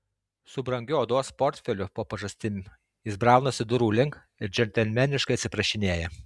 su brangiu odos portfeliu po pažastim jis braunasi durų link ir džentelmeniškai atsiprašinėja